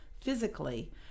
physically